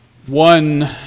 One